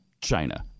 China